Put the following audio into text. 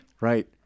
Right